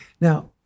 Now